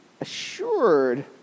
assured